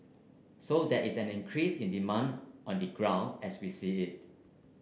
so there is an increase in demand on the ground as we see it